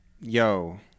Yo